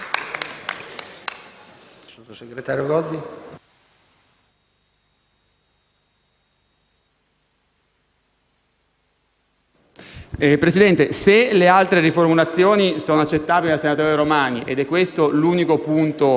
Presidente, se le altre riformulazioni sono accettate dal senatore Paolo Romani, se questo è l'unico punto